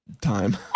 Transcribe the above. time